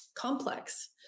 complex